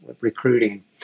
recruiting